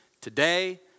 today